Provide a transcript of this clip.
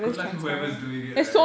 good luck to whoever's doing it right